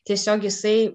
tiesiog jisai